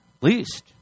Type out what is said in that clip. least